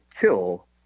kill